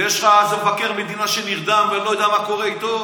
ויש לך מבקר מדינה שנרדם ולא יודע מה קורה איתו,